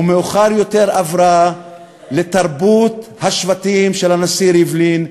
ומאוחר יותר עברה לתרבות השבטים של הנשיא ריבלין.